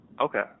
Okay